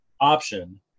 option